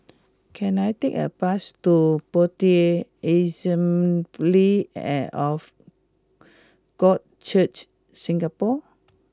can I take a bus to Bethel Assembly of God Church Singapore